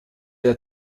der